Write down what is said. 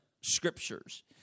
scriptures